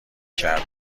کرده